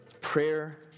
prayer